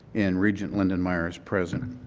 and regent lyndon meyer is present.